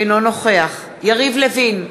אינו נוכח יריב לוין,